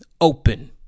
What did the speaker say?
Open